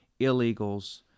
illegals